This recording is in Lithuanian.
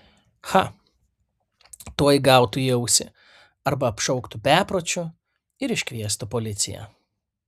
cha tuoj gautų į ausį arba apšauktų bepročiu ir iškviestų policiją